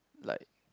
like